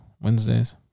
Wednesdays